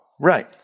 Right